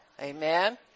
amen